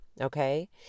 okay